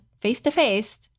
face-to-face